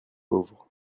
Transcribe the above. pauvres